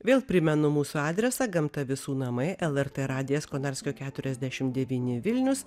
vėl primenu mūsų adresą gamta visų namai lrt radijas konarskio keturiasdešimt devyni vilnius